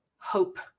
hope